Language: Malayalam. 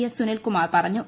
എസ് സുനിൽകുമാർ പറഞ്ഞു